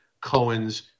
Cohen's